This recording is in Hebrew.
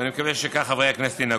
ואני מקווה שכך חברי הכנסת ינהגו.